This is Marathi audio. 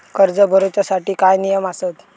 कर्ज भरूच्या साठी काय नियम आसत?